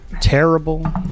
terrible